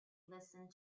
listened